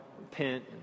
repent